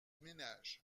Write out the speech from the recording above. ménages